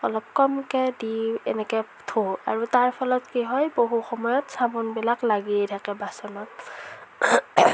অলপ কমকৈ দি এনেকৈ ধোওঁ আৰু তাৰফলত কি হয় বহু সময়ত চাবোনবিলাক লাগিয়ে থাকে বাচনত